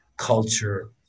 culture